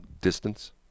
distance